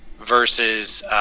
versus